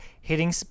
hitting